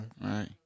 Right